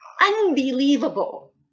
unbelievable